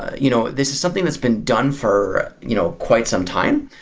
you know this is something that's been done for you know quite some time,